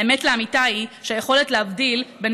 האמת לאמיתה היא שהיכולת להבדיל בין